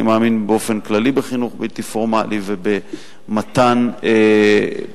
אני מאמין באופן כללי בחינוך בלתי פורמלי ובמתן כלים